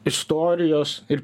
istorijos ir